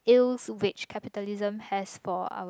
ills which capitalism has for our society